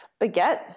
baguette